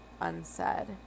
unsaid